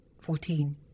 Fourteen